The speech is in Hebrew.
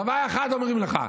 דבר אחד אומרים לך: